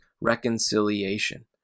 reconciliation